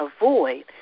avoid